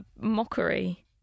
mockery